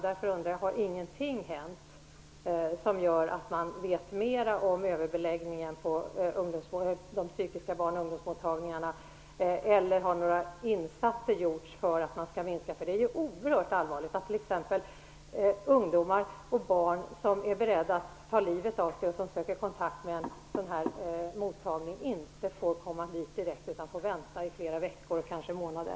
Därför undrar jag: Har ingenting hänt som gör att man vet mer om överbeläggningen på de psykiatriska barnoch ungdomsmottagningarna, eller har några insatser gjorts för att minska överbeläggningen? Det är ju oerhört allvarligt att t.ex. ungdomar och barn som är beredda att ta livet av sig och som söker kontakt med en psykiatrisk barn och ungdomsmottagning inte får komma dit direkt utan får vänta i flera veckor och kanske månader.